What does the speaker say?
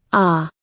ah,